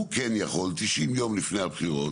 הוא כן יכול 90 יום לפני הבחירות